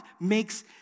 makes